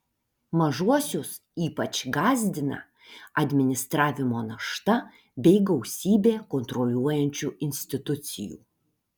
mažuosius ypač gąsdina administravimo našta bei gausybė kontroliuojančių institucijų